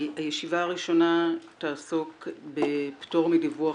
הישיבה הראשונה תעסוק בפטור מדיווח